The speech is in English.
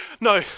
No